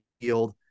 field